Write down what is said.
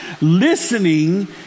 Listening